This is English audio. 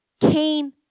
came